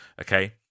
okay